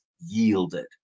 yielded